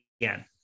again